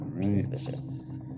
suspicious